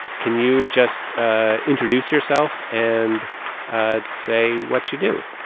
can you just ah introduce yourself and say what you do?